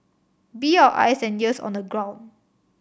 be our eyes and ears on the ground